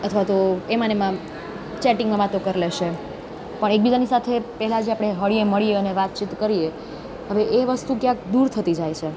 અથવા તો એમાંને એમાં ચેટિંગમાં વાતો કર લેશે પણ એકબીજાની સાથે પહેલાં જે હળીએ મળીએ અને વાતચીત કરીએ હવે એ વસ્તુ ક્યાંક દૂર થતી જાય છે